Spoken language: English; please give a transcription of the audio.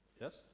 Yes